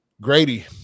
grady